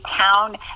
town